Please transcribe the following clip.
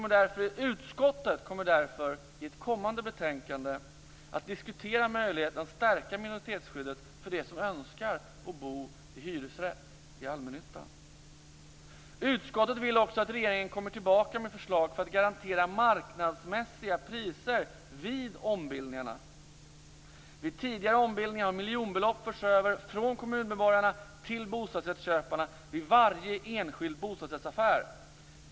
Utskottet kommer därför i ett kommande betänkande att diskutera möjligheten att stärka minoritetsskyddet för dem som önskar bo i hyresrätt i allmännyttan. Utskottet vill också att regeringen kommer tillbaka med förslag för att garantera marknadsmässiga priser vid ombildningarna. Vid tidigare ombildningar har miljonbelopp förts över från kommunmedborgarna till bostadsrättsköparna vid varje enskild bostadsrättsaffär.